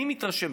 אני מתרשם,